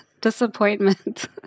Disappointment